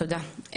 תודה.